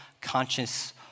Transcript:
conscious